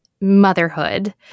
motherhood